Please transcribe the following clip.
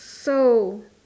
so